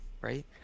right